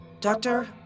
Doctor